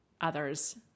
others